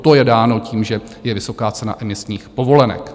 To je dáno tím, že je vysoká cena emisních povolenek.